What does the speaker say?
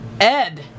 Ed